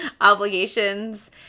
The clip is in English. obligations